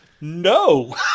No